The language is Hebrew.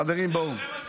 חברים, בואו --- זהו?